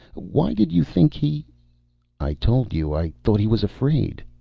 why did you think he i told you. i thought he was afraid.